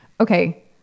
Okay